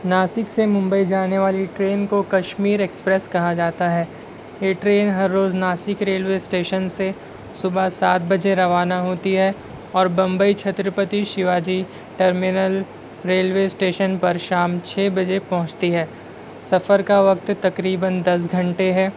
ناسک سے ممبئی جانے والی ٹرین کو کشمیر ایکسپریس کہا جاتا ہے یہ ٹرین ہر روز ناسک ریلوے اسٹیشن سے صُبح سات بجے روانہ ہوتی ہے اور Bombay Chhatrapati Shivaji terminal railway station پر شام چھ بجے پہنچتی ہے سفر کا وقت تقریباً دس گھنٹے ہے